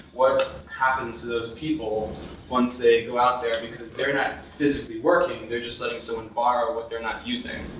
what happens to those people once they go out there, because they're not physically working, they're just letting someone so and borrow what they're not using.